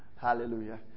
Hallelujah